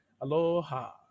Aloha